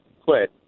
quit